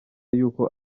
yuko